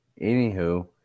Anywho